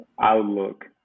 outlook